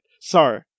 sorry